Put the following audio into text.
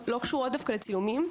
לא קשורות דווקא לצילומים.